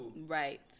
Right